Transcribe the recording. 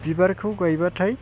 बिबारखौ गायब्लाथाय